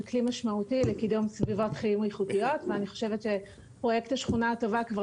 זה כלי משמעותי לקידום סביבה --- ואני חושבת שפרויקט השכונה הטובה כבר